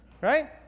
Right